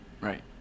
Right